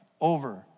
over